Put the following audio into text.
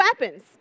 weapons